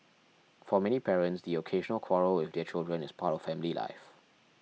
for many parents the occasional quarrel with their children is part of family life